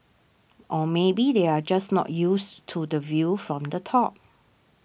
or maybe they are just not used to the view from the top